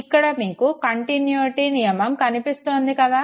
ఇక్కడ మీకు కంటిన్యుటీ నియమం కనిపిస్తోంది కదా